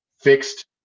fixed